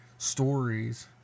Stories